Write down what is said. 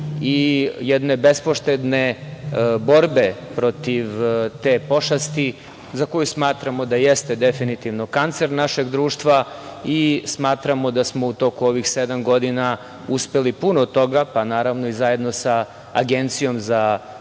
i jedne bespoštedne borbe protiv te pošasti za koju smatramo da jeste definitivno kancer našeg društva i smatramo da smo u toku ovih sedam godina uspeli puno toga, pa naravno i zajedno sa Agencijom za